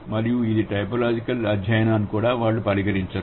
మరియు ఇది టైపోలాజికల్ అధ్యయనం అని కూడా వారు పరిగణించరు